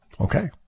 Okay